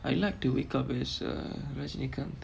I like to wake up as uh rajinikanth